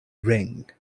ring